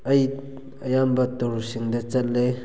ꯑꯩ ꯑꯌꯥꯝꯕ ꯇꯨꯔꯁꯤꯡꯗ ꯆꯠꯂꯦ